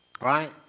Right